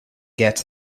get